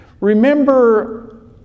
Remember